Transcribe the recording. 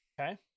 Okay